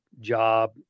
job